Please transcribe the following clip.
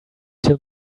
till